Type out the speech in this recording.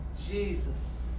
Jesus